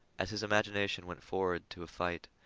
as his imagination went forward to a fight,